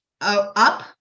up